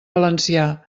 valencià